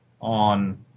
on –